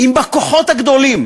אם, לכוחות הגדולים